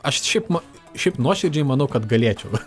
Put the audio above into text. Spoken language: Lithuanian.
aš šiaip ma šiaip nuoširdžiai manau kad galėčiau